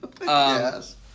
Yes